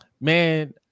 man